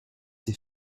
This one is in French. des